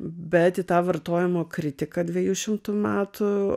bet į tą vartojimo kritiką dviejų šimtų metų